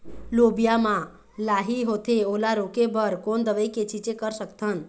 लोबिया मा लाही होथे ओला रोके बर कोन दवई के छीचें कर सकथन?